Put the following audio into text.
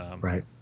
Right